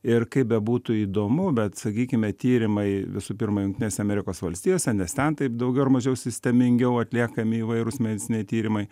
ir kaip bebūtų įdomu bet sakykime tyrimai visų pirma jungtinėse amerikos valstijose nes ten taip daugiau ar mažiau sistemingiau atliekami įvairūs medicininiai tyrimai